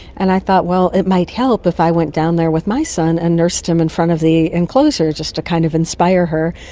and i thought, well, it might help if i went down there with my son and nursed him in front of the enclosure, just to kind of inspire her.